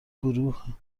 گروه